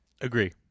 agree